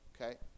Okay